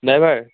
driver